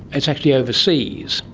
it's actually overseas,